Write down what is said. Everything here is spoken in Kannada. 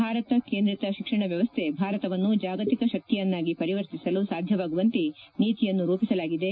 ಭಾರತ ಕೇಂದ್ರಿತ ಶಿಕ್ಷಣ ವ್ಯವಸ್ಥೆ ಭಾರತವನ್ನು ಜಾಗತಿಕ ಶಕ್ತಿಯನ್ನಾಗಿ ಪರಿವರ್ತಿಸಲು ಸಾಧ್ಯವಾಗುವಂತೆ ನೀತಿಯನ್ನು ರೂಪಿಸಲಾಗಿದೆ